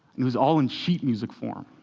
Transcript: it was all in sheet music form.